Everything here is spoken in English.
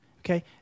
okay